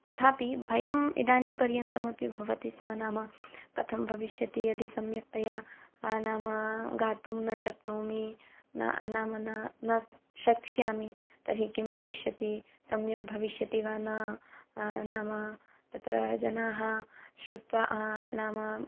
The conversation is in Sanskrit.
तथापि भयम् इदानीं पर्यन्तमपि भवति स्म नाम कथं भविष्यति यदि सम्यक्तया नाम गातुं न शक्नोमि नाम न शक्ष्यामि तर्हि किं भविष्यति सम्यक् भविष्यति वा न नाम तत्र जनाः श्रुत्वा नाम